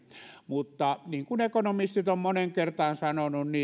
mutta niin kuin ekonomistit ovat moneen kertaan sanoneet